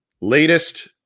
latest